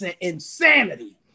insanity